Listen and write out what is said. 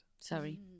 sorry